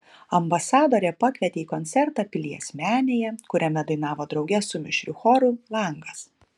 ambasadorė pakvietė į koncertą pilies menėje kuriame dainavo drauge su mišriu choru langas